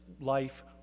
life